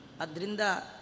Adrinda